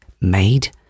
made